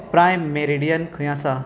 prime meridian खंय आसा